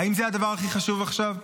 האם זה הדבר הכי חשוב עכשיו?